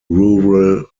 rural